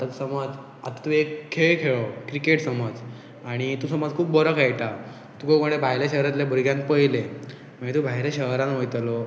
आतां समज आतां तूं एक खेळ खेळ्ळो क्रिकेट समज आनी तूं समज खूब बरो खेळटा तुका कोणे भायल्या शहरांतल्या भुरग्यांक पयलें मागीर तूं भायल्या शहरान वयतलो